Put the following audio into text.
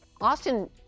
austin